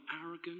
arrogant